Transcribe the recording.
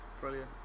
brilliant